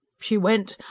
she went,